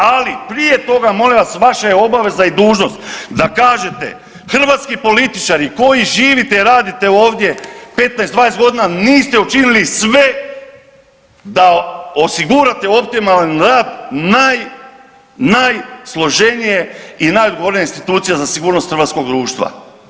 Ali prije toga, molim vas, vaša je obaveza i dužnost da kažete, hrvatski političari koji živite i radite ovdje 15, 20 godina niste učinili sve da osigurate optimalan rad naj, najsloženije i najodgovornije institucije za sigurnost hrvatskog društva.